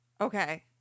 Okay